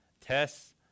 tests